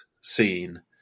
scene